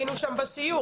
היינו שם בסיור,